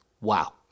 Wow